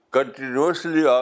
Continuously